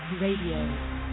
Radio